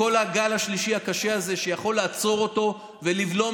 בכל הגל השלישי הקשה הזה שיכול לעצור אותו ולבלום